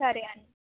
సరే అండి